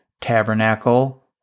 tabernacle